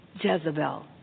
Jezebel